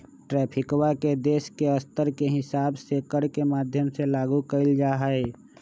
ट्रैफिकवा के देश के स्तर के हिसाब से कर के माध्यम से लागू कइल जाहई